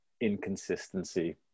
inconsistency